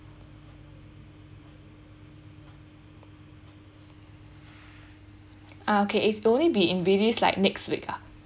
ah okay it's like next week ah